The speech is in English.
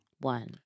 one